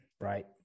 right